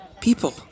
People